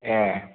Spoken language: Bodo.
ए